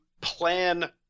plan